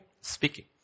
Speaking